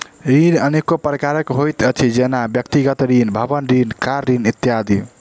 ऋण अनेको प्रकारक होइत अछि, जेना व्यक्तिगत ऋण, भवन ऋण, कार ऋण इत्यादि